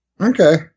okay